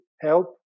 help